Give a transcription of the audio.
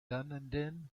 dunedin